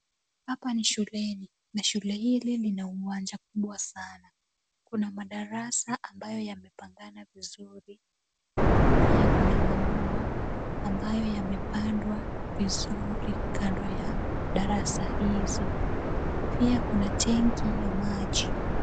Hapa ni shuleni na shuleni hili lina uwanja kubwa sana. Kuna madarasa ambayo yamepangana vizuri huku pia kuna maua ambayo yamepandwa vizuri kando ya darasa hizo. Pia kuna tenki ya maji.